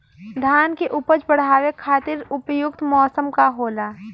धान के उपज बढ़ावे खातिर उपयुक्त मौसम का होला?